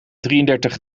drieëndertig